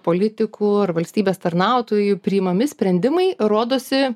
politikų ar valstybės tarnautojų priimami sprendimai rodosi